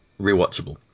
rewatchable